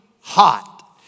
hot